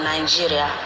Nigeria